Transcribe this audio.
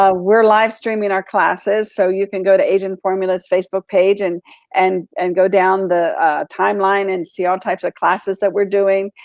ah we're live streaming our classes. so you can go to agent formulas facebook page and and and go down the timeline and see all types of classes that we're doing.